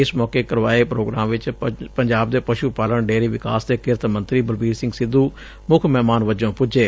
ਇਸ ਮੌਕੇ ਕਰਵਾਏ ਪ੍ਰੋਗਰਾਮ ਵਿੱਚ ਪੰਜਾਬ ਦੇ ਪਸ਼ੂ ਪਾਲਣ ਡੇਅਰੀ ਵਿਕਾਸ ਤੇ ਕਿਰਤ ਮੰਤਰੀ ਬਲਬੀਰ ਸਿੰਘ ਸਿੱਧੂ ਮੁੱਖ ਮਹਿਮਾਨ ਵਜੋਂ ਪੁੱਜੇ